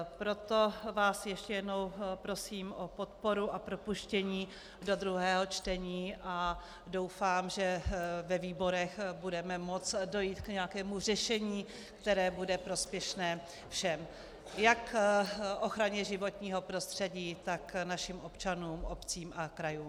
Proto vás ještě jednou prosím o podporu a propuštění do druhého čtení a doufám, že ve výborech budeme moct dojít k nějakému řešení, které bude prospěšné všem jak ochraně životního prostředí, tak našim občanům, obcím a krajům.